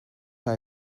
hij